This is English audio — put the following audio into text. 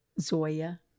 zoya